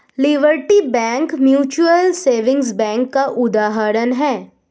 liberty bank mutual saving bank का उदाहरण है